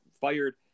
fired